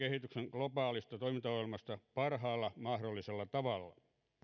globaalista toimintaohjelmasta parhaalla mahdollisella tavalla